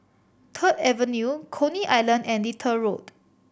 Third Avenue Coney Island and Little Road